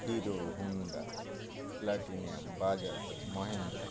Hero Honda Platina Bajaj Mahindra